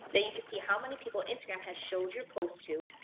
now you can see how many people instagram has showed your post to,